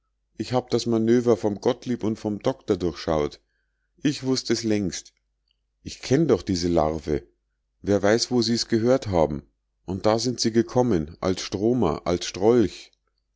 ich hab das manöver vom gottlieb und vom doktor durchschaut ich wußt es längst ich kenn doch diese larve wer weiß wo sie's gehört haben und da sind sie gekommen als stromer als strolch